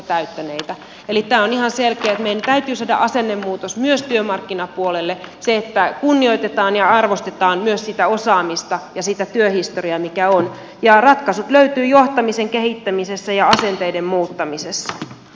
eli tämä on ihan selkeä että meidän täytyy saada asennemuutos myös työmarkkinapuolelle se että kunnioitetaan ja arvostetaan myös sitä osaamista ja sitä työhistoriaa mikä on ja ratkaisut löytyvät johtamisen kehittämisessä ja asenteiden muuttamisessa